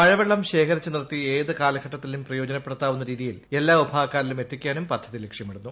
മഴവെള്ളം ശേഖരിച്ച് നിർത്തി ഏതു കാലഘട്ടത്തിലും പ്രയോജനപ്പെടുത്താവുന്ന രീതിയിൽ എല്ലാ വിഭാഗക്കാരിലും എത്തിക്കാനും പദ്ധതി ലക്ഷ്യമിടുന്നു